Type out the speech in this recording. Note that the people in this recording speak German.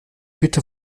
bitte